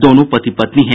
दोनों पति पत्नी हैं